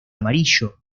amarillo